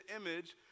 image